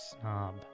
snob